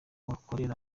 gikorera